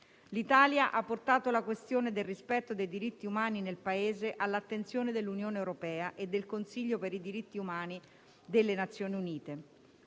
L'Italia ha portato la questione del rispetto dei diritti umani nel Paese all'attenzione dell'Unione europea e del Consiglio per i diritti umani delle Nazioni Unite.